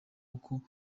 uko